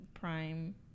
Prime